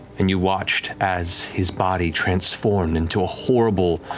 and you watched as his body transformed into a horrible,